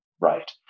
right